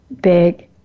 big